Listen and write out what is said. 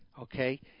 okay